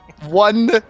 One